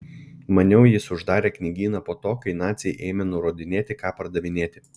maniau jis uždarė knygyną po to kai naciai ėmė nurodinėti ką pardavinėti